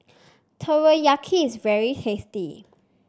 teriyaki is very tasty